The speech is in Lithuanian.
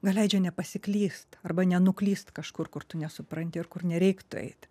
na leidžia nepasiklyst arba nenuklyst kažkur kur tu nesupranti ir kur nereiktų eit